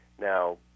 Now